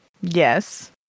Yes